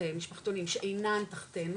גם משפחתונים שאינן תחתינו,